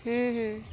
হ্যাঁ হ্যাঁ